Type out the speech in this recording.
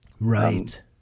right